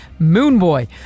Moonboy